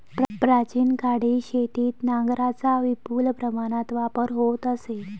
प्राचीन काळी शेतीत नांगरांचा विपुल प्रमाणात वापर होत असे